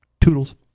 Toodles